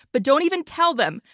but don't even tell them.